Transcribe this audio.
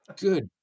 good